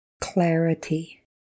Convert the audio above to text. clarity